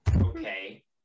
Okay